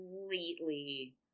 completely